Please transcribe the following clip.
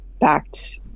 backed